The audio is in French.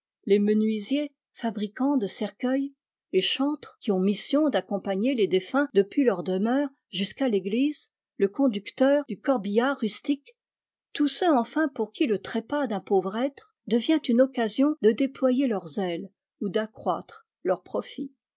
les menuisiers fabricants de cercueils les chantres qui ont mission d'accompagner les défunts depuis leur demeure jusqu'à l'église le conducteur du corbillard rustique tous ceux enfin pour qui le trépas d'un pauvre être devient une occasion de déployer leur zèle ou d'accroître leurs profits